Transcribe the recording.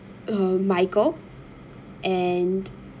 uh michael and